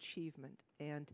achievement and